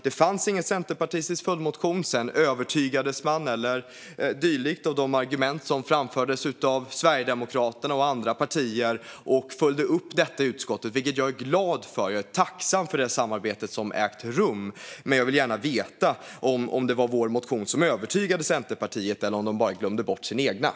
Det fanns ingen centerpartistisk följdmotion. Sedan övertygades man eller dylikt av de argument som framfördes av Sverigedemokraterna och andra partier och följde upp detta i utskottet. Det är jag glad för. Jag är tacksam för det samarbete som har ägt rum. Men jag vill gärna veta om det var vår motion som övertygade Centerpartiet eller om de bara glömde bort sin egen.